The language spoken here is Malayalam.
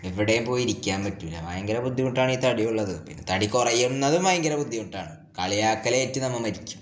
എവിടെയും പോയിരിക്കാൻ പറ്റില്ല ഭയങ്കര ബുദ്ധിമുട്ടാണ് ഈ തടിയുള്ളത് പിന്നെ തടി കുറയുന്നതും ഭയങ്കര ബുദ്ധിമുട്ടാണ് കളിയാക്കൽ ഏറ്റ് നമ്മൾ മരിക്കും